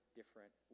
different